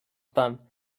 tant